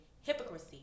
hypocrisy